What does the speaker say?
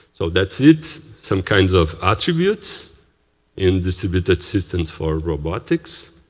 so that's it. some kinds of attributes in distributed systems for robotics.